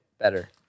better